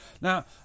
Now